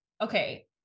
okay